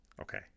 Okay